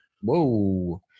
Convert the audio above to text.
Whoa